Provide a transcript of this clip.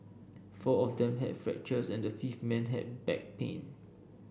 four of them had fractures and the fifth man had back pain